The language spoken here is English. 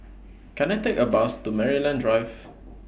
Can I Take A Bus to Maryland Drive